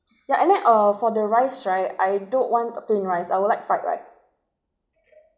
yeah and then uh for the rice right I don't want a plain rice I would like fried rice